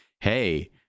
hey